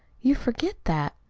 you forget that.